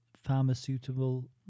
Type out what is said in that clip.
pharmaceutical